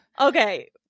Okay